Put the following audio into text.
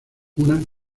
una